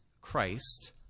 Christ